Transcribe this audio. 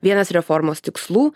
vienas reformos tikslų